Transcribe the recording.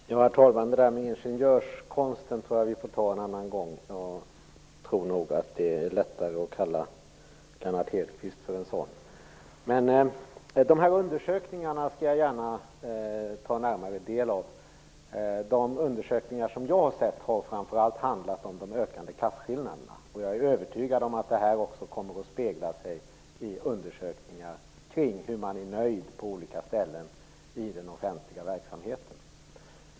Herr talman! Det där med företrädare för ingenjörskonsten tror jag att vi får ta en annan gång. Det är lättare att kalla Lennart Hedquist för en sådan. Men undersökningarna skall jag gärna ta närmare del av. De undersökningar som jag har sett har framför allt handlat om de ökande klasskillnaderna. Jag är övertygad om att de också kommer att spegla sig i undersökningarna om hur nöjd man är på olika ställen inom den offentliga verksamheten.